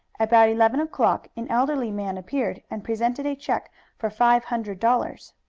about eleven o'clock an elderly man appeared, and presented a check for five hundred dollars.